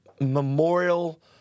memorial